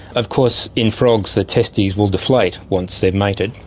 of course in frogs the testes will deflate once they've mated,